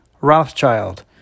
Rothschild